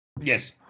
Yes